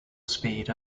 speed